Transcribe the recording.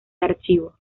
archivo